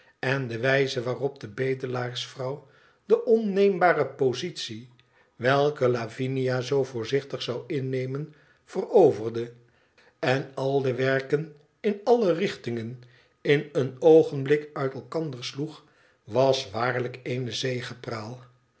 n de wijze waarop de bedelaarsvrouw de onneembare positie welke lavinia zoo voorzichtig zou innemen veroverde en al de werken in alle richtingen in een oogenblik uit elkander sloeg was waarlijk eene zegepraal